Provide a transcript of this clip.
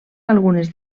algunes